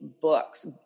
books